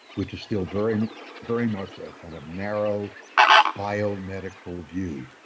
which is still very very much a kind of narrow biomedical view.